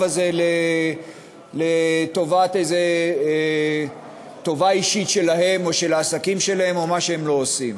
הזה לטובה אישית שלהם או של העסקים שלהם או מה שהם לא עושים.